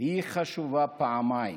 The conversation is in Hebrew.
היא חשובה פעמיים.